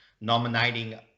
nominating